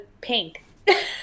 pink